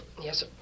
Yes